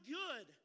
good